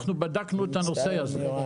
אנחנו בדקנו את הנושא הזה.